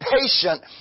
patient